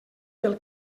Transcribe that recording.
pel